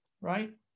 Right